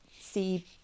See